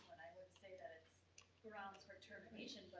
say that it's grounds for termination,